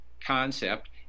concept